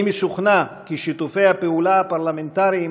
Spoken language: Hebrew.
אני משוכנע כי שיתופי הפעולה הפרלמנטריים